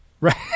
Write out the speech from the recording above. Right